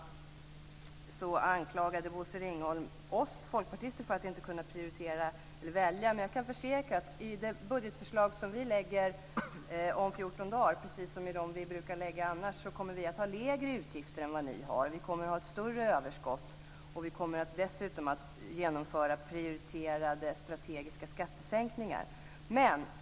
Bosse Ringholm anklagade oss folkpartister för att inte kunna prioritera eller välja, men jag kan försäkra att vi i det budgetförslag som vi lägger fram om 14 dagar kommer att ha - precis som vi brukar - lägre utgifter än vad ni har. Vi kommer att ha ett större överskott, och vi kommer dessutom att genomföra prioriterade strategiska skattesänkningar.